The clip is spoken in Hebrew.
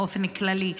באופן כללי,